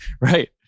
Right